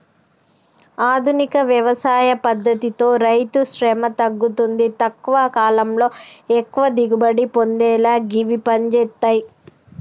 ఆధునిక వ్యవసాయ పద్దతితో రైతుశ్రమ తగ్గుతుంది తక్కువ కాలంలో ఎక్కువ దిగుబడి పొందేలా గివి పంజేత్తయ్